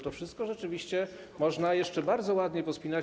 To wszystko rzeczywiście można jeszcze bardzo ładnie pospinać.